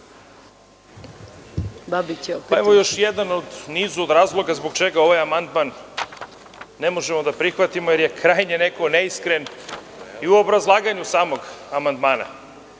Još jedan u nizu razloga zbog čega ovaj amandman ne možemo da prihvatimo jer je krajnje neko neiskren i u obrazlaganju samog amandmana. Sada